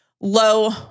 low